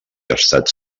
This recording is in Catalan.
estats